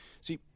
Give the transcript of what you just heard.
See